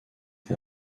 été